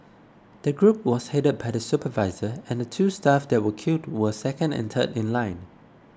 the group was headed by the supervisor and the two staff that were killed were second and third in line